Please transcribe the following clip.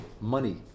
money